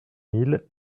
mille